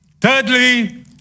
Thirdly